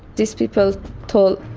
these people told,